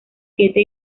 siete